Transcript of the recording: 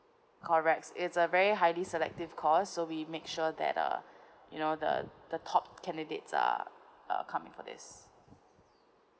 corrects it's a very highly selective course so we make sure that uh you know the the top candidates are uh coming for this